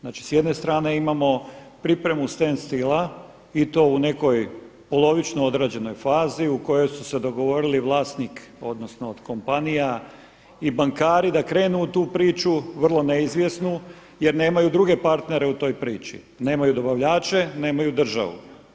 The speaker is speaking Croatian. Znači s jedne strane imamo pripremu stand stilla i to u nekoj polovično odrađenoj fazi u kojoj su se dogovorili vlasnik, odnosno od kompanija i bankari da krenu u tu priču, vrlo neizvjesnu jer nemaju druge partnere u toj priči, nemaju dobavljače, nemaju državu.